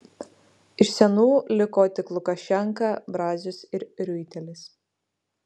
iš senų liko tik lukašenka brazius ir riuitelis